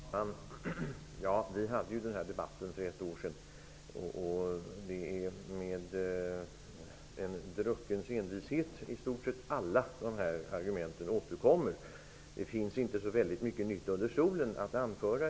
Fru talman! Vi förde ju den här debatten för ett år sedan, och det är i stort sett med en druckens envishet som vi alla upprepar våra argument. Det finns inte så mycket nytt under solen att anföra.